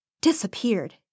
disappeared